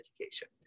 education